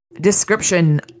description